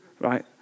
right